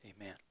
Amen